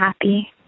happy